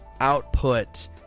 output